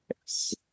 Yes